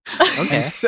Okay